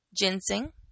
ginseng